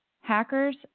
Hackers